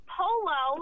polo